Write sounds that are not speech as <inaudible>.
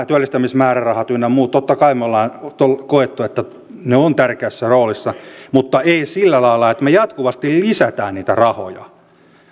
<unintelligible> työllistämismäärärahat ynnä muut totta kai me olemme kokeneet että ne ovat tärkeässä roolissa mutta eivät sillä lailla että me jatkuvasti lisäämme niitä rahoja